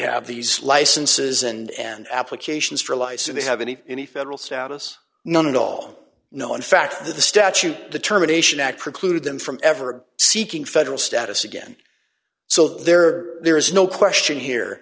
have these licenses and applications for liason they have any any federal status none at all know in fact the statute determination that preclude them from ever seeking federal status again so there there is no question here